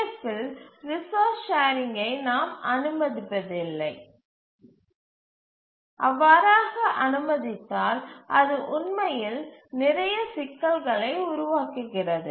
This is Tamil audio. எஃப் இல் ரிசோர்ஸ் ஷேரிங்கை நாம் அனுமதித்தால் அது உண்மையில் நிறைய சிக்கல்களை உருவாக்குகிறது